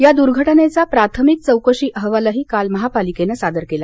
या दुर्घटनेचा प्राथमिक चौकशी अहवालही काल महापालिकेनं सादर केला